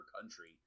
country